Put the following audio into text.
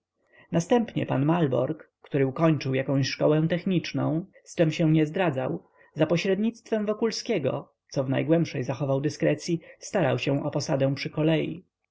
następnie pan malborg który ukończył jakąś szkołę techniczną z czem się nie zdradzał za pośrednictwem wokulskiego co w najgłębszej zachował dyskrecyi starał się o posadę przy kolei